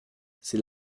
c’est